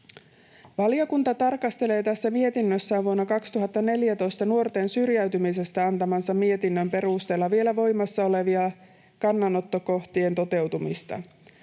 Valiokunta tarkastelee tässä mietinnössään vuonna 2014 nuorten syrjäytymisestä antamansa mietinnön perusteella vielä voimassa olevien kannanottokohtien toteutumista.